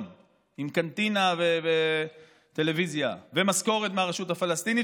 עם קנטינה וטלוויזיה ומשכורת מהרשות הפלסטינית,